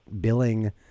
billing